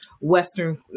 Western